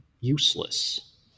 useless